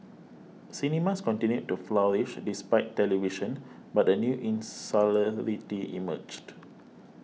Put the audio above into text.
cinemas continued to flourish despite television but a new insularity emerged